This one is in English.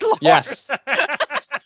Yes